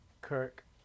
kirk